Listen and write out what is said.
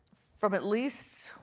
from at least